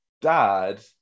dad